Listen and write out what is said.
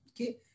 Okay